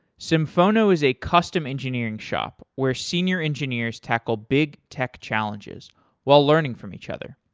symphono is a custom engineering shop where senior engineers tackle big tech challenges while learning from each other.